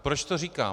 Proč to říkám?